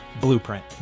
blueprint